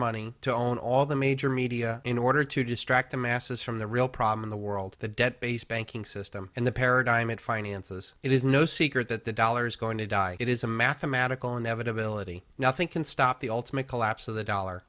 money to own all the major media in order to distract the masses from the real problem in the world the debt based banking system and the paradigm and finances it is no secret that the dollar's going to die it is a mathematical inevitability nothing can stop the ultimate collapse of the dollar